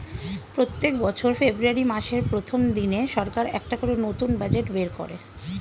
প্রত্যেক বছর ফেব্রুয়ারি মাসের প্রথম দিনে সরকার একটা করে নতুন বাজেট বের করে